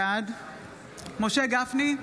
בעד משה גפני,